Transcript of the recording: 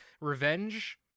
Revenge